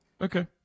Okay